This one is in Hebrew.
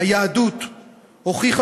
"היהדות הוכיחה